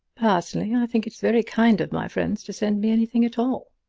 personally i think it is very kind of my friends to send me anything at all.